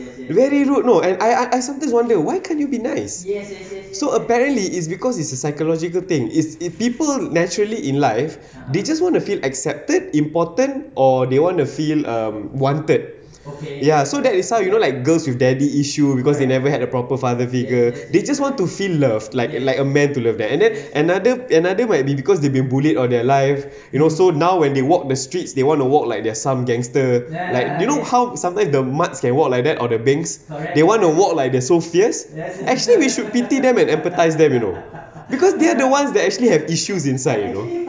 very rude you know and I I sometimes wonder why can't you be nice yes so apparently it's because it's a psychological thing it's if people naturally in life they just wanna feel accepted important or they want to feel um wanted ya so that is how you know like girls with daddy issue because they never had a proper father figure they just want to feel love like in like a man to love them and that's another another might be because they've been bullied all their life you know so now when they walk the streets they want to walk like there are some gangster like do you know how sometimes the mats can walk like that or the bengs they want to walk like they're so fierce there's actually we should pity them and empathise them you know because they are the ones that actually have issues inside you know